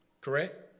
Correct